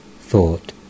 thought